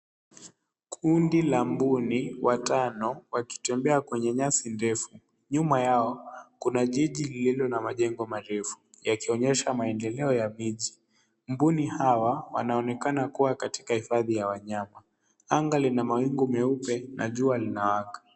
Kundi la mbuni watano wakitembea kwenye nyasi ndefu. Nyuma yao kuna jiji lililo na majengo marefu yakionyesha maendeleo ya miji. Mbuni hawa wanaonekana kuwa katika hifadhi ya wanyama. Anga lina mawingu meupe na jua limewaka.